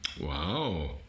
Wow